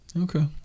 Okay